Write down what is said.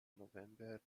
november